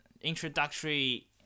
introductory